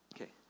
Okay